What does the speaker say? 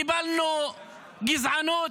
קיבלנו גזענות,